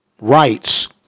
rights